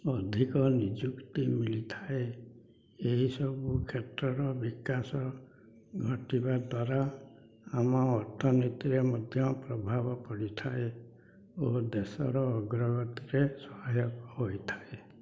ଅଧିକ ନିଯୁକ୍ତି ମିଳିଥାଏ ଏହିସବୁ କ୍ଷେତ୍ରର ବିକାଶ ଘଟିବା ଦ୍ୱାରା ଆମ ଅର୍ଥନୀତିରେ ମଧ୍ୟ ପ୍ରଭାବ ପଡ଼ିଥାଏ ଓ ଦେଶର ଅଗ୍ରଗତିରେ ସହାୟକ ହୋଇଥାଏ